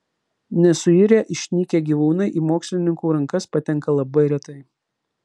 nesuirę išnykę gyvūnai į mokslininkų rankas patenka labai retai